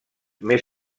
més